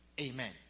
Amen